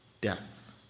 death